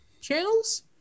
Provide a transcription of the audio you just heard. channels